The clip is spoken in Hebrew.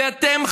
ואתם,